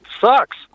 sucks